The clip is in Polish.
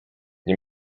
nie